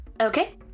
okay